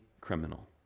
criminal